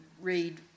read